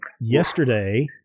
Yesterday